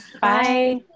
Bye